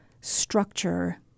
structure